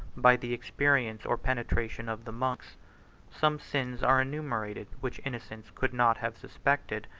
by the experience or penetration of the monks some sins are enumerated which innocence could not have suspected,